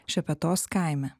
šepetos kaime